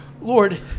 Lord